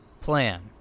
plan